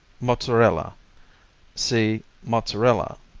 mozzarella see mozzarella.